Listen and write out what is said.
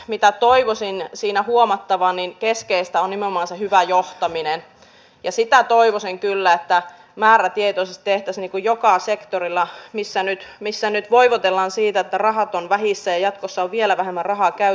mitä toivoisin siinä huomattavan niin keskeistä on erinomaisen hyvä johtaminen ja sitä toivoisin kyllä tää määrätietoisesti että se joka sektorilla missä nyt missä nyt vaikutelman siitä että rahat vähissä jatkossa vielä vähemmän raha käy